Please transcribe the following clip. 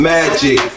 Magic